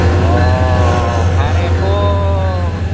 अ भाराथ'